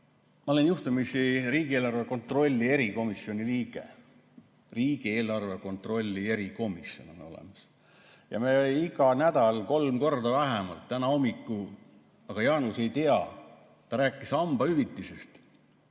ma olen juhtumisi riigieelarve kontrolli erikomisjoni liige. Riigieelarve kontrolli erikomisjon on olemas ja me iga nädal kolm korda vähemalt [kohtume]. Jaanus ei tea. Ta rääkis hambaravihüvitisest,